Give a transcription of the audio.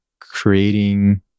creating